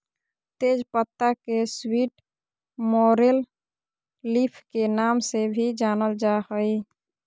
तेज पत्ता के स्वीट लॉरेल लीफ के नाम से भी जानल जा हइ